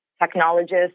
technologists